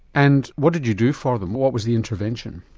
and what did you do for them, what was the intervention?